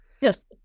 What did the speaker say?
Yes